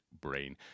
brain